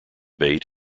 bait